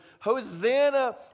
Hosanna